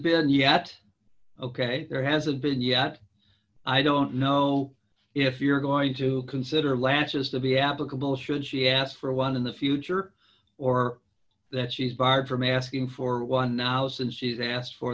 been yet ok there hasn't been yet i don't know if you're going to consider lances to be applicable should she ask for one in the future or that she's barred from asking for one now since she's asked for